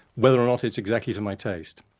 whether or not it's exactly to my taste.